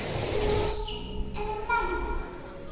key on a string, and a magnifying